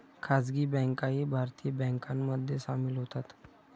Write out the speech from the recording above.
खासगी बँकाही भारतीय बँकांमध्ये सामील होतात